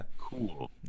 Cool